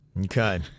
Okay